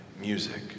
music